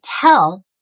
tell